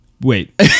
Wait